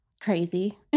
crazy